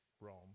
Rome